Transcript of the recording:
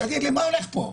תגיד לי, מה הולך פה?